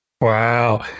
Wow